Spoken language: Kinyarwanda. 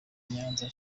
nyanza